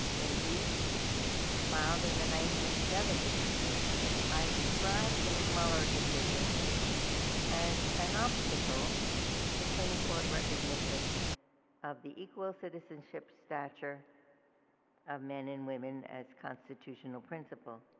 in briefs filed in the nineteen seventy s i described the muller decision as an obstacle to supreme court recognition of the equal citizenship stature of men and women as constitutional principle.